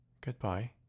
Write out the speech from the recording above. Goodbye